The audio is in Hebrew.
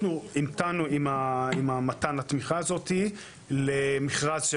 אנחנו המתנו עם מתן התמיכה הזאת למכרז של